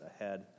ahead